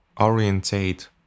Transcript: orientate